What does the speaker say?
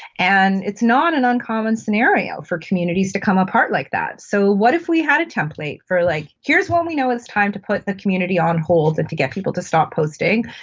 and it's not an uncommon scenario for communities to come apart like that. so what if we had a template for, like, here's when we know it's time to put the community on hold and to get people to stop posting,